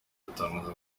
gutangaza